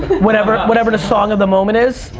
whatever whatever the song of the moment is,